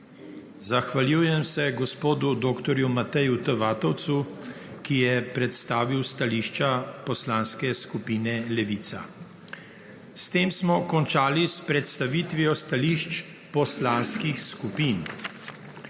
Zahvaljujem se gospodu dr. Mateju T. Vatovcu, ki je predstavil stališča poslanske skupine Levica. S tem smo končali s predstavitvijo stališč poslanskih skupin.